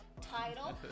title